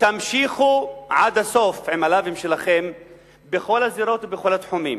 תמשיכו עד הסוף עם הלאווים שלכם בכל הזירות ובכל התחומים.